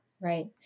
Right